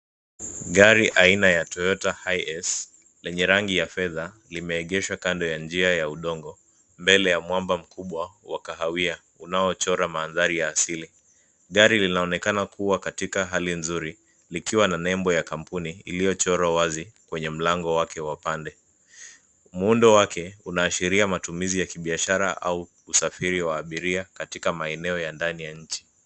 Gari aina ya Toyota Hearse lenye rangi ya fedha limeegeshwa kando ya njia ya udongo mbele ye mwamba mkubwa wa kahawia unaochora madhari ya asili. Gari linaonekana kuwa na katika hali nzuri likiwa na nembo kampuni iliyochorwa wazi kwenye mlango wake wa pande. Muundo wake, unaashilia matumizi ya kibiashara au usafiri wa abiria katika maeneo ya ndani ya nchi.